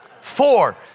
Four